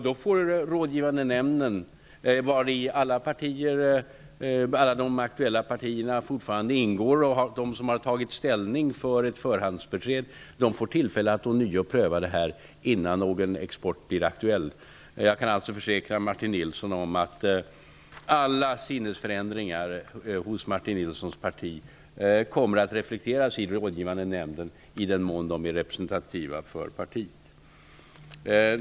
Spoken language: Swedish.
Då får den rådgivande nämnden, där alla aktuella partier som har tagit ställning för ett förhandsbesked fortfarande ingår, tillfälle att ånyo pröva detta innan någon export blir aktuell. Jag kan försäkra Martin Nilsson om att alla sinnesförändringar hos Martin Nilssons parti kommer att reflekteras i rådgivande nämnden i den mån de är representativa för partiet.